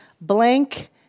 Blank